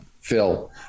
Phil